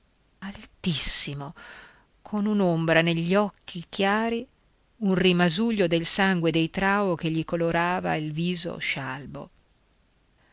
altissimo con un'ombra negli occhi chiari un rimasuglio del sangue dei trao che gli colorava il viso scialbo